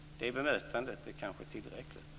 Det bemötandet är kanske tillräckligt.